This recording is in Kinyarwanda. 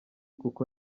kuko